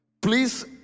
please